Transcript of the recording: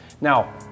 Now